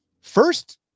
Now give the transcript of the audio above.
First